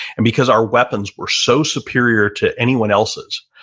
and because our weapons were so superior to anyone else's,